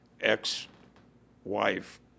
ex-wife